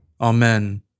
Amen